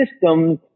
systems